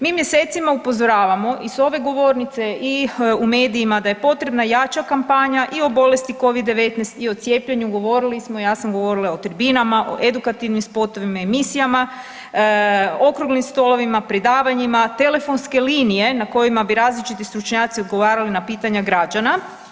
Mi mjesecima upozoravamo i s ove govornice i u medijima da je potrebna jača kampanja i o bolesti Covid-19 i o cijepljenju govorili smo, ja sam govorila i o tribinama, o edukativnim spotovima i emisijama, okruglim stolovima, predavanjima, telefonske linije na kojima bi različiti stručnjaci odgovarali na pitanja građana.